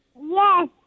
Yes